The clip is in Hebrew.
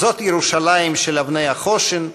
"זאת ירושלים של אבני החושן,